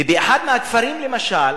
באחד מהכפרים, למשל,